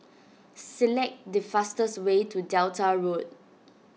select the fastest way to Delta Road